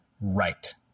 right